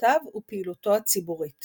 דעותיו ופעילותו הציבורית